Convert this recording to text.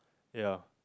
ya